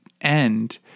end